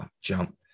jump